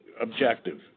objective